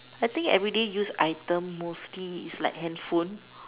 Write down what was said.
I think every day used item is mostly like handphone